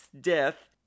death